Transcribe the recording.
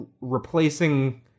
replacing